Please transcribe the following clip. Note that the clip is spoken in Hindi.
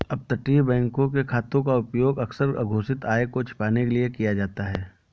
अपतटीय बैंकों के खातों का उपयोग अक्सर अघोषित आय को छिपाने के लिए किया जाता था